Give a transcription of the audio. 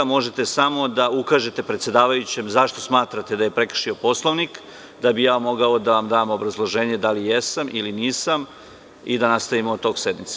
Možete samo da ukažete predsedavajućem zašto smatrate da je prekršio Poslovnik, kako bih mogao da vam dam obrazloženje da li jesam ili nisam i da nastavimo tok sednice.